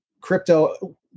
crypto